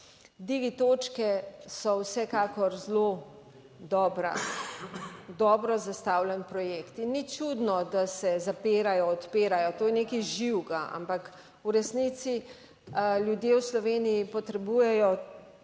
Digi točke so vsekakor zelo dobra, dobro zastavljen projekt in ni čudno, da se zapirajo, odpirajo, to je nekaj živega. Ampak v resnici ljudje v Sloveniji potrebujejo,